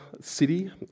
city